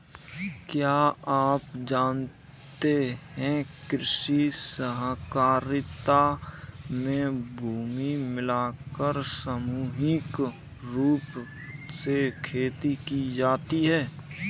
क्या आप जानते है कृषि सहकारिता में भूमि मिलाकर सामूहिक रूप से खेती की जाती है?